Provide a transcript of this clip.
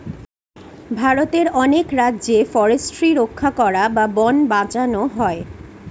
ভারতের অনেক রাজ্যে ফরেস্ট্রি রক্ষা করা বা বোন বাঁচানো হয়